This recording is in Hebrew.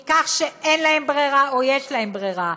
מכך שאין להם ברירה או יש להם ברירה.